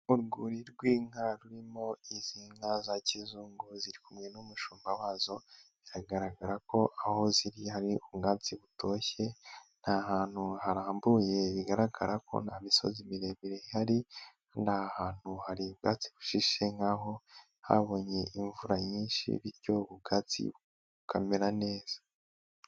URIrwuri rw'inka rurimo izi nka za kizungu ziri kumwe n'umushumba wazo zigaragara ko aho zi hari ubwatsi butoshye nta hantu harambuye bigaragara ko nta misozi miremire ihari kandi ahantutu hari ubwatsi bushishe nkahoa habonye imvura nyinshi bityo ubwatsi bu bukamera neza.